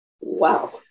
Wow